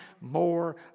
more